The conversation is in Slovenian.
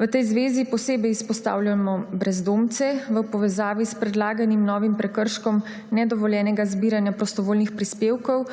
V tej zvezi posebej izpostavljamo brezdomce v povezavi s predlaganim novim prekrškom nedovoljenega zbiranja prostovoljnih prispevkov,